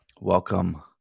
welcome